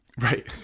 Right